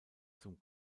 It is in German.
zum